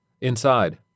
Inside